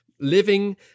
living